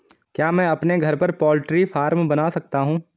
क्या मैं अपने घर पर पोल्ट्री फार्म बना सकता हूँ?